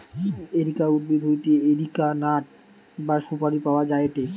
areca উদ্ভিদ হইতে areca nut বা সুপারি পাওয়া যায়টে